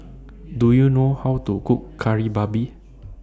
Do YOU know How to Cook Kari Babi